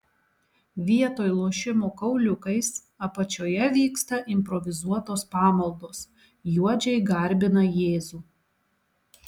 vietoj lošimo kauliukais apačioje vyksta improvizuotos pamaldos juodžiai garbina jėzų